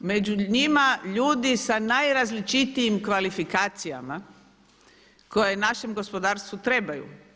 Među njima ljudi sa najrazličitijim kvalifikacijama koje našem gospodarstvu trebaju.